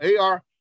AR